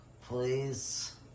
Please